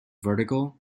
vertigo